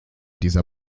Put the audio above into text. dieser